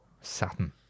Saturn